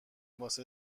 واسه